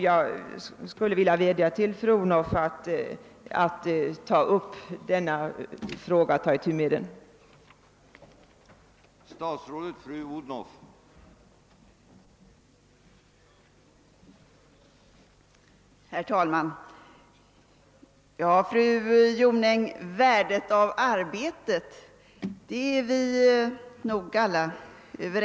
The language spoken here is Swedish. Jag vädjar till statsrådet fru Odhnoff att ta itu med detta problem.